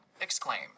exclaim